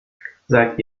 seid